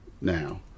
now